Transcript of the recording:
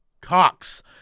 Cox